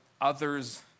others